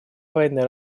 военные